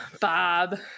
bob